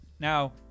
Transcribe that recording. Now